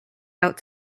out